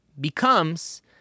becomes